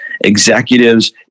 executives